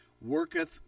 worketh